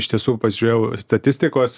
iš tiesų pasižiūrėjau statistikos